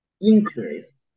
increase